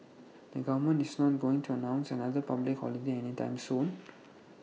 the government is not going to announce another public holiday anytime soon